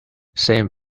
same